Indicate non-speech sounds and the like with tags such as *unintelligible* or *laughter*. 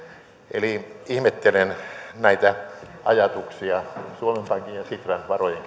eli ihmettelen näitä ajatuksia suomen pankin ja sitran varojen *unintelligible*